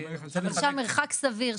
מרחק סביר,